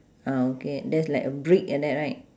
ah okay that's like a brick like that right